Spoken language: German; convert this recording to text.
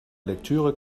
lektüre